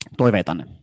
toiveitanne